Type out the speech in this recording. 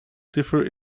differ